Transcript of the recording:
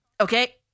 Okay